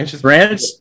Ranch